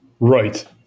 Right